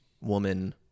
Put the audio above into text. woman